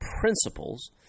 principles